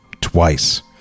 twice